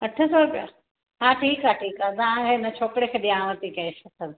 अठ सौ रुपिया हा ठीकु आहे ठीकु आहे तव्हांजे हिन छोकिरे खे ॾियांव थी कैश हथ में